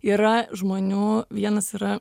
yra žmonių vienas yra